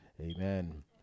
amen